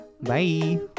Bye